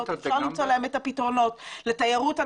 אתם גם בעד תיירות?